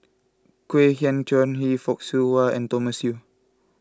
Kwek Hian Chuan Henry Fock Siew Wah and Thomas Yeo